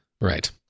Right